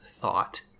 thought